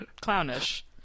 clownish